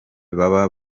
baba